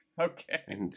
Okay